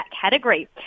category